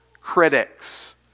critics